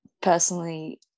personally